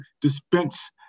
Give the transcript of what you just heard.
dispense